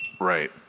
Right